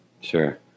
Sure